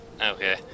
Okay